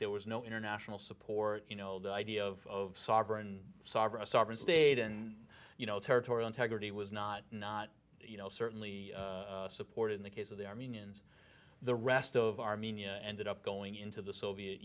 there was no international support you know the idea of sovereign sovereign sovereign state and you know territorial integrity was not not you know certainly supported in the case of the armenians the rest of armenia ended up going into the soviet